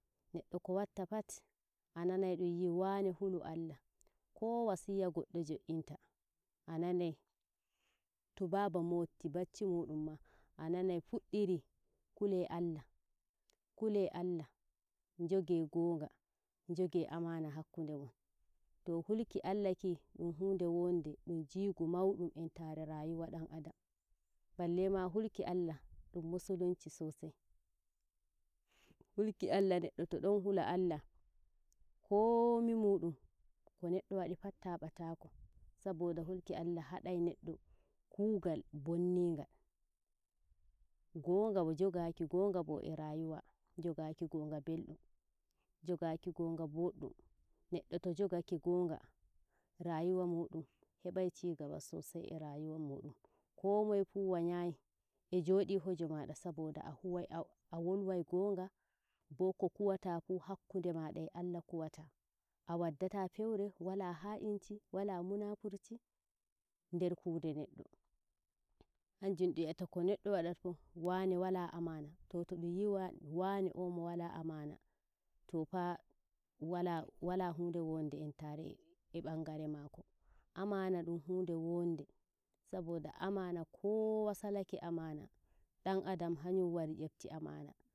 neɗɗo ko watta pat ananai dumwi wane hulu ALLAH ko wasiya goɗɗo jointa ananai to baba mopti bacci muɗum ma ananai fuddiri kule ALLAH kule ALLAH jonge ngoga njonge amana hakkudemon to hulkiALLAH ki dumdo jonde dum jigo mauɗum entare e rayuwa dan adam balle ma hulki ALLAH dum musulunci soasai hulki ALLAH neddo to don hula ALLAH komi muɗum neɗɗo ko wadi pat tuaba tako saboda hulki ALLAH hadai neɗɗo kugal bonni ngal ngonga jogaki ngonga bo e rayuwa njogaki gongan beldum njogaki ngonga boddum neddo to jogake ngoga rayuwa mudum hebai cigaba sosai e rayuwa mudum komoyefu wa nyai e jodi hoje mada saboda a wolwai gonga bo ko kuwata fu hakkude ma e ALLAH kuwata a waddata feure wala ha'inci waa munapurci nder kude neɗɗo hanjum dum yi'ata ko neɗɗo wadata fu wane walaa amana, to todum wi'e wane'o mo wala amana tofa wala hunde wonde entare e bangare mako amana dun hude wonde saboda amana kowa salake amana dan adam hanym yetti amana